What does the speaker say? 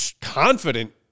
confident